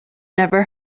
never